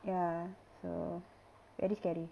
ya so very scary